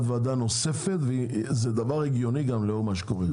וועדה נוספת וזה דבר הגיוני גם לאור מה שקורה,